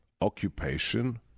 occupation